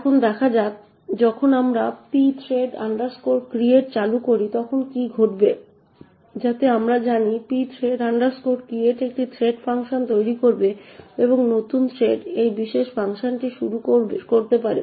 এখন দেখা যাক যখন আমরা pthread create চালু করি তখন কি ঘটবে যাতে আমরা জানি pthread create একটি থ্রেড ফাংশন তৈরি করবে এবং নতুন থ্রেড এই বিশেষ ফাংশনটির শুটিং শুরু করতে পারে